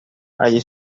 allí